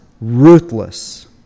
ruthless